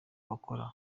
bakora